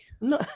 No